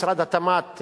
משרד התמ"ת,